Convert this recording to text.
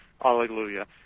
Hallelujah